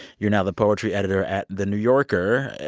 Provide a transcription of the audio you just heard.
you're now the poetry editor at the new yorker.